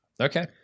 Okay